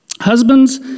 Husbands